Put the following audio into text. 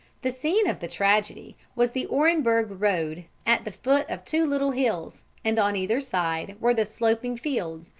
the scene of the tragedy was the orenburg road, at the foot of two little hills and on either side were the sloping fields,